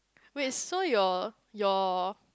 wait so your your